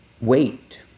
wait